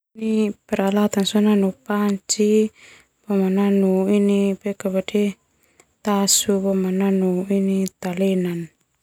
Peralatan panci, boma nanu ini tasu, boma nanu ini talenan.